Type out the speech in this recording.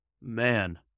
man